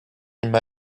emañ